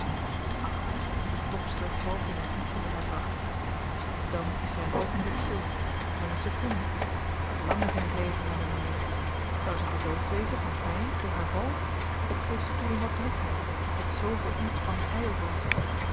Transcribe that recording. tred ach de tobster valt in de diepte met haar vracht dan is zy een oogenblik stil wel een sekonde dat lang is in het leven van een mier zou ze verdoofd wezen van pyn door haar val of geeft ze toe in wat droefheid dat zooveel inspanning ydel was